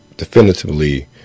Definitively